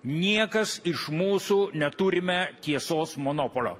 niekas iš mūsų neturime tiesos monopolio